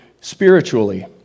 spiritually